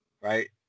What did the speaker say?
Right